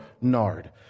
nard